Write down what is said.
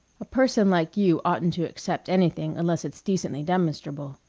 a person like you oughtn't to accept anything unless it's decently demonstrable.